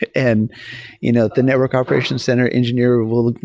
and you know the network operation center engineer will